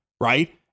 right